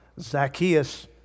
Zacchaeus